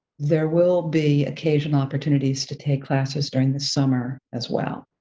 there will be occasional opportunities to take classes during the summer as well.